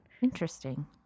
Interesting